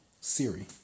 Siri